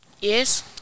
Yes